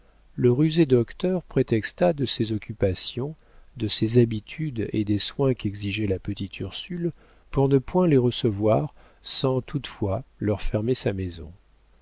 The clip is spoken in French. le rusé docteur prétexta de ses occupations de ses habitudes et des soins qu'exigeait la petite ursule pour ne point les recevoir sans toutefois leur fermer sa maison